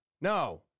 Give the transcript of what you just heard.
No